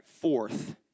fourth